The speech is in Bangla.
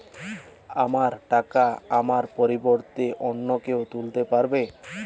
আমার টাকা আমার পরিবর্তে অন্য কেউ তুলতে পারবে?